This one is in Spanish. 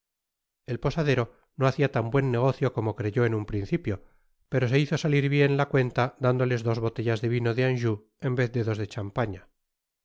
et posadero no hacia tan buen negocio como creyó en un principio pero se hizo salir bien la cuenta dándoles dos botellas de vino de anjou en vez de dos de champaña